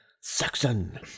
Saxon